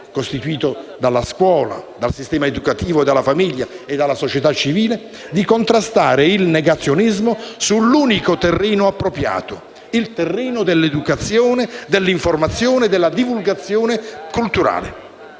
costituito dalla scuola, dal sistema educativo, dalla famiglia e dalla società civile, di contrastare il negazionismo sull'unico terreno appropriato: il terreno dell'educazione, dell'informazione, della divulgazione culturale.